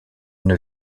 une